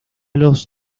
los